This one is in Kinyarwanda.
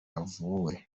yavuwe